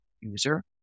user